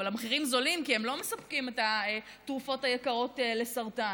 אבל המחירים זולים כי הם לא מספקים את התרופות היקרות לסרטן.